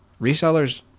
Resellers